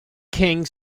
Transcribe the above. king